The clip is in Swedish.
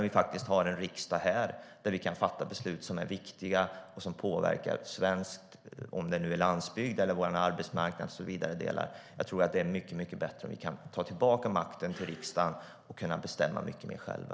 Vi har ju en riksdag här där vi kan fatta beslut som är viktiga och som påverkar svensk landsbygd, arbetsmarknad och så vidare. Jag tror att det är mycket bättre om vi kan ta tillbaka makten till riksdagen och bestämma mer själva.